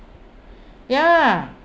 ya